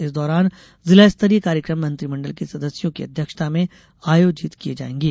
इस दौरान जिला स्तरीय कार्यक्रम मंत्रिमण्डल के सदस्यों की अध्यक्षता में आयोजित किये जाएंगे